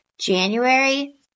January